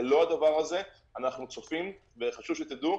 ללא הדבר הזה, אנחנו צופים וחשוב שתדעו